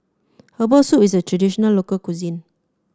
Herbal Soup is a traditional local cuisine